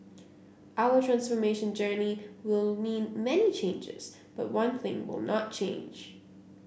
our transformation journey will mean many changes but one thing will not change